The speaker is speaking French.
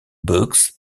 books